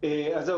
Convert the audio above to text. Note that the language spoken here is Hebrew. אז זהו.